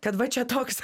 kad va čia toks